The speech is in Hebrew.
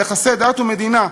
ביחסי דת ומדינה,